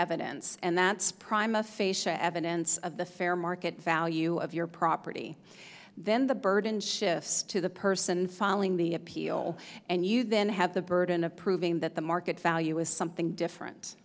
evidence and that's prime a facial evidence of the fair market value of your property then the burden shifts to the person filing the appeal and you then have the burden of proving that the market value is something different